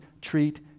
treat